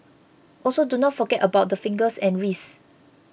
also do not forget about the fingers and wrists